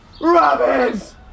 Robins